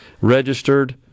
registered